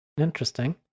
Interesting